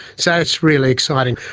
so that's really exciting.